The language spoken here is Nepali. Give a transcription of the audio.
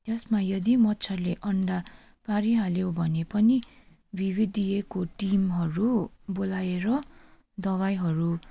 यसमा यदि मच्छरले अन्डा पारिहाल्यो भने पनि भिभिडिएको टिमहरू बोलाएर दबाईहरू